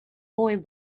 boy